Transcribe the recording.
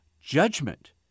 judgment